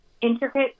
intricate